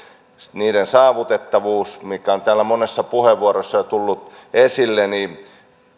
niiden saavutettavuus mikä on täällä monessa puheenvuorossa jo tullut esille